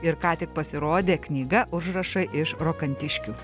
ir ką tik pasirodė knyga užrašai iš rokantiškių